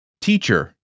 Teacher